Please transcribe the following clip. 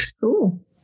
Cool